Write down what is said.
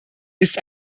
ist